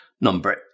Number